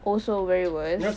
also very worse